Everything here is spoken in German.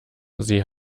sie